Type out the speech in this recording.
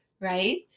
right